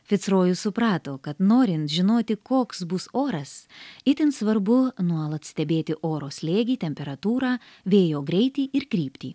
ficrojus suprato kad norint žinoti koks bus oras itin svarbu nuolat stebėti oro slėgį temperatūrą vėjo greitį ir kryptį